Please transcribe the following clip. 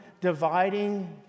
dividing